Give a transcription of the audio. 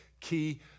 key